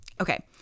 okay